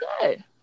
good